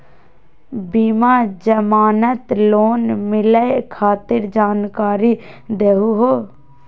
बिना जमानत लोन मिलई खातिर जानकारी दहु हो?